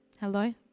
Hello